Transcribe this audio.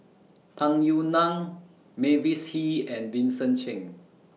Tung Yue Nang Mavis Hee and Vincent Cheng